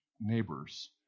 neighbors